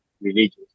religious